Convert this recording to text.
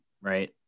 right